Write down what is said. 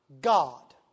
God